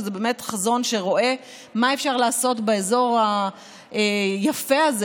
שזה חזון שרואה מה אפשר לעשות באזור היפה הזה,